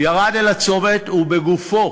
ירד אל הצומת ובגופו